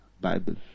Bible